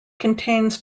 contains